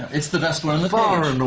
it's the best one of um